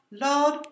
Lord